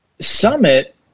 Summit